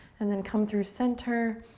and then come through center.